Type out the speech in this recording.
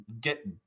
get